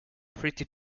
pretty